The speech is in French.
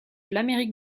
l’amérique